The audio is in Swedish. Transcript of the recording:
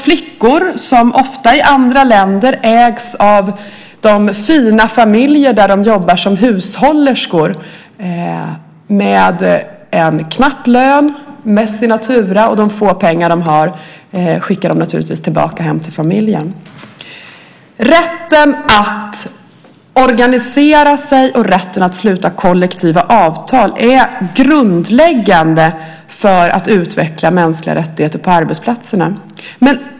Flickor, ofta i andra länder än i sitt hemland, ägs av de fina familjer där de jobbar som hushållerskor med en knapp lön, mest i natura, och de små pengar de har skickar de naturligtvis hem till familjen. Rätten att organisera sig och rätten att sluta kollektiva avtal är grundläggande för att utveckla mänskliga rättigheter på arbetsplatserna.